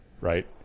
Right